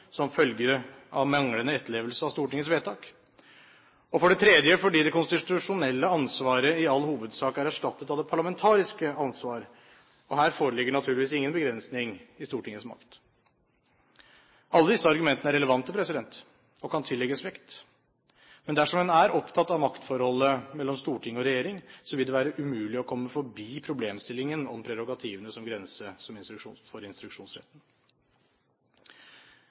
som følge av manglende etterlevelse av Stortingets vedtak, og for det tredje fordi det konstitusjonelle ansvaret i all hovedsak er erstattet av det parlamentariske ansvar, og her foreligger naturligvis ingen begrensning i Stortingets makt. Alle disse argumentene er relevante og kan tillegges vekt. Men dersom en er opptatt av maktforholdet mellom storting og regjering, vil det være umulig å komme forbi problemstillingen om prerogativene som grense for instruksjonsretten. Vi mener det fortsatt fremstår som